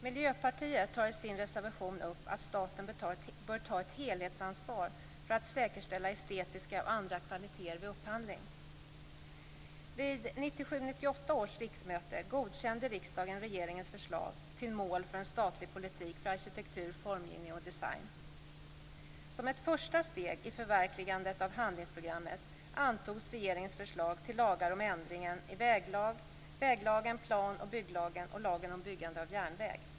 Miljöpartiet tar i sin reservation upp att staten bör ta ett helhetsansvar för att säkerställa estetiska och andra kvaliteter vid upphandling. Vid 1997/98 års riksmöte godkände riksdagen regeringens förslag till mål för en statlig politik för arkitektur, formgivning och design. Som ett första steg i förverkligandet av handlingsprogrammet antogs regeringens förslag till lagar om ändring i väglagen, plan och bygglagen och lagen om byggande av järnväg.